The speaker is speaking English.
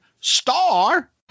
star